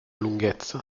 lunghezza